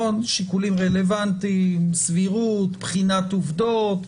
שיקולים רלוונטיים, סבירות, בחינת עובדות,